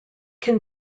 can